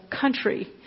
country